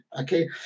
okay